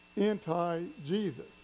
anti-Jesus